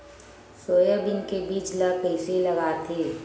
Soybean के बीज ल कइसे लगाथे?